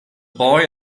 boy